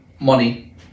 money